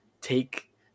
take –